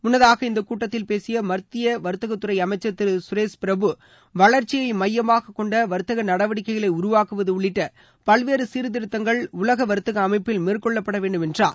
முன்னதாக இந்தக் கூட்டத்தில் பேசிய மத்திய வா்த்தக அமைச்சா் திரு கரேஷ் பிரபு வளா்ச்சியை மையமாக கொண்ட வாத்தக நடவடிக்கைகளை உருவாக்குவது உளளிட்ட பல்வேறு சீர்த்திருத்தங்கள் உலக வர்த்தக அமைப்பில் மேற்கொள்ளப்பட வேண்டும் என்றார்